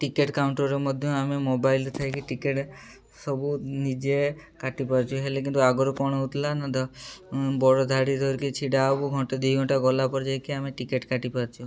ticket କାଉଣ୍ଟରରେ ମଧ୍ୟ ଆମେ ମୋବାଇଲ୍ରେ ଥାଇକି ଟିକେଟ୍ ସବୁ ନିଜେ କାଟିପାରୁଛୁ ହେଲେ କିନ୍ତୁ ଆଗରୁ କ'ଣ ହଉଥିଲା ନା ବଡ଼ ଧାଡ଼ି ଧରିକି ଛିଡ଼ା ହବୁ ଘଣ୍ଟା ଦୁଇ ଘଣ୍ଟା ଗଲାପରେ ଯାଇକି ଆମେ ଟିକେଟ୍ କାଟିପାରୁଛୁ